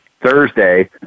Thursday